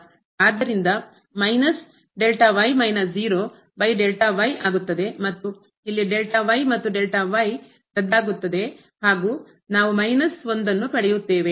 ಆದ್ದರಿಂದ ಆಗುತ್ತದೆ ಮತ್ತು ಇಲ್ಲಿ ರದ್ದಾಗುತ್ತದೆ ಹಾಗೂ ನಾವು 1 ನ್ನು ಪಡೆಯುತ್ತೇವೆ